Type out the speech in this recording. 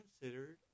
considered